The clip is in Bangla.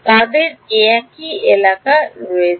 তাদের একই এলাকা রয়েছে